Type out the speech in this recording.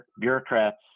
bureaucrats